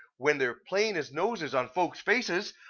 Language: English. when they're plain as noses on folks' faces,